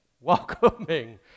welcoming